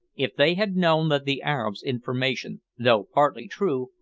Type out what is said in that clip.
if they had known that the arab's information, though partly true,